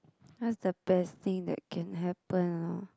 what's the best thing that can happen ah